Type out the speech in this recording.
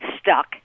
stuck